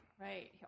Right